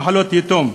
למחלות יתום.